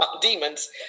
demons